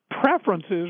preferences